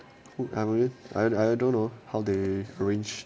I I don't know how they arrange